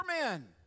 men